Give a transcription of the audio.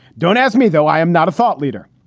don't ask me, though. i am not a thought leader.